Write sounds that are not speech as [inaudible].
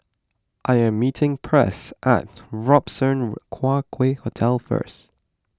I am meeting Press at Robertson [unintelligible] Quay Hotel first